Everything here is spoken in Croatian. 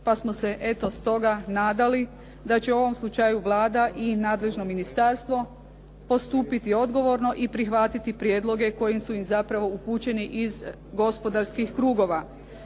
pa smo se eto s toga nadali da će u ovom slučaju Vlada i nadležno ministarstvo postupiti odgovorno i prihvatiti prijedloge koji su im zapravo upućeni iz gospodarskih krugova.